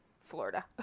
Florida